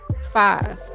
Five